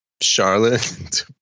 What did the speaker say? Charlotte